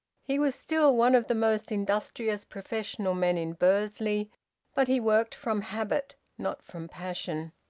he was still one of the most industrious professional men in bursley but he worked from habit, not from passion.